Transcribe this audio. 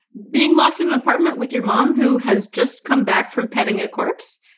being locked in an apartment with your mom who has just come back from petting a corpse?